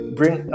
Bring